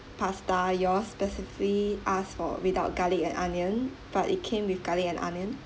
pasta you'll specifically ask for without garlic and onion but it came with garlic and onion